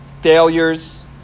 failures